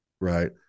right